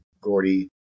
Gordy